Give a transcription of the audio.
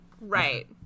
Right